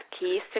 keys